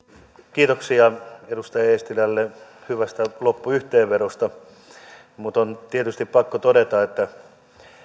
kiitoksia edustaja eestilälle hyvästä loppuyhteenvedosta mutta on tietysti pakko todeta että